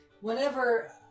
Whenever